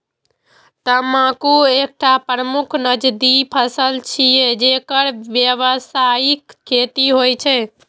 तंबाकू एकटा प्रमुख नकदी फसल छियै, जेकर व्यावसायिक खेती होइ छै